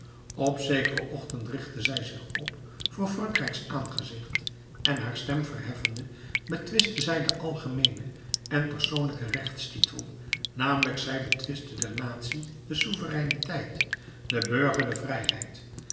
op zekeren ochtend richtte zij zich op voor frankrijks aangezicht en haar stem verheffende betwistte zij den algemeenen en den persoonlijken rechtstitel namelijk zij betwistte der natie de souvereiniteit den burger de vrijheid